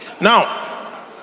Now